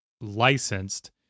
licensed